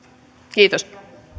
kiitos